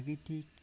ᱵᱷᱟᱜᱮ ᱴᱤᱠ ᱢᱮᱫ ᱛᱮ